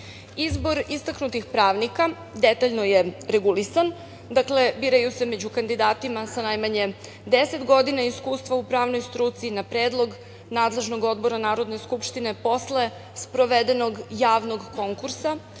Izbor istaknutih pravnika detaljno je regulisan. Dakle, biraju se među kandidatima sa najmanje deset godina iskustva u pravnoj struci na predlog nadležnog odbora Narodne skupštine posle sprovedenog javnog konkursa,